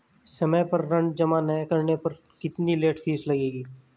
समय पर ऋण जमा न करने पर कितनी लेट फीस लगेगी?